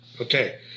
Okay